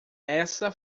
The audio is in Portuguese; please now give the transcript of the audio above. essa